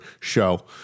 show